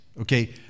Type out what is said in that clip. okay